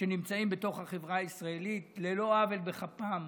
שנמצאים בתוך החברה הישראלית על לא עוול בכפם,